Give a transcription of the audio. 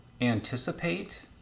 anticipate